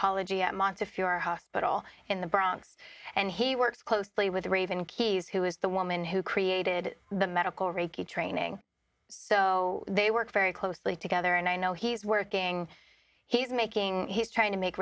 oncology at montefiore hospital in the bronx and he works closely with raven keyes who is the woman who created the medical reiki training so they work very closely together and i know he's working he's making his trying to make